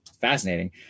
fascinating